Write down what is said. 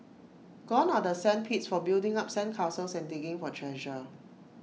gone are the sand pits for building up sand castles and digging for treasure